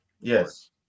Yes